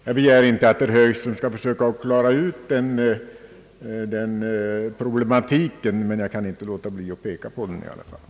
Jag begär inte att herr Högström skall försöka klara ut den problematiken, men jag kan i alla fall inte låta bli att påpeka den.